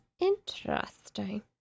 interesting